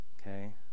okay